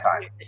time